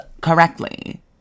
correctly